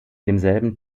demselben